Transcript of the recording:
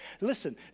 Listen